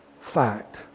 fact